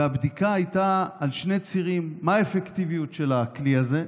והבדיקה הייתה על שני צירים: 1. מה האפקטיביות של הכלי הזה?